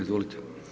Izvolite.